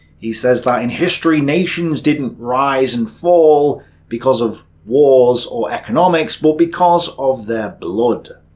he says that in history, nations didn't rise and fall because of wars or economics, but because of their blood.